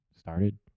started